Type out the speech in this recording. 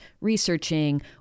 researching